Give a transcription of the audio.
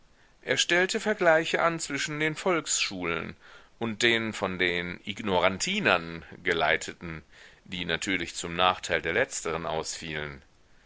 er stellte vergleiche an zwischen den volksschulen und den von den ignorantinern geleiteten die natürlich zum nachteil der letzteren ausfielen